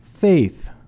Faith